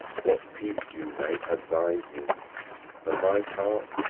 what peace you'll make, advise me for my part,